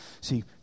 See